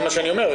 זה מה שאני אומר.